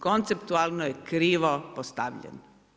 Konceptualno je krivo postavljeno.